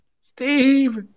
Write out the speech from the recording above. Steve